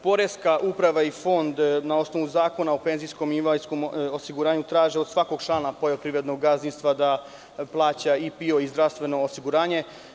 Poreska uprava i fond na osnovu Zakona o penzijskom i invalidskom osiguranju traži od svakog člana poljoprivrednog gazdinstva da plaća i PIO i zdravstveno osiguranje.